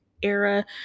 Era